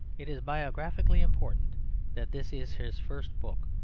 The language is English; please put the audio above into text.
it is biographically important that this is his first book,